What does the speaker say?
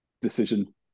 decision